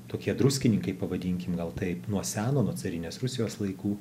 tokie druskininkai pavadinkim gal taip nuo seno nuo carinės rusijos laikų